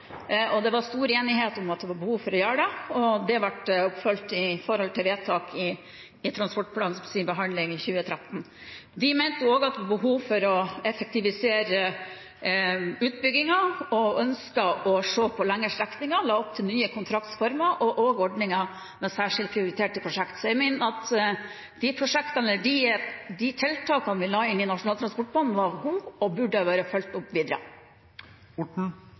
behov for å gjøre det, og det ble fulgt opp gjennom vedtak ved behandlingen av transportplanen i 2013. Vi mente også at det var behov for å effektivisere utbyggingen, ønsket å se på lengre strekninger og la opp til nye kontraktsformer og også ordninger med særskilt prioriterte prosjekter. Så jeg mener at de tiltakene vi la inn i Nasjonal transportplan, var gode og burde ha blitt fulgt opp videre.